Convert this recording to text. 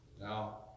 Now